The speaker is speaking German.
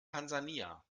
tansania